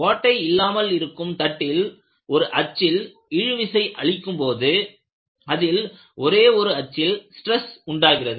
ஓட்டை இல்லாமலிருக்கும் தட்டில் ஒரு அச்சில் இழுவிசை அளிக்கும்போது அதில் ஒரே அச்சில் ஸ்ட்ரெஸ் உண்டாகிறது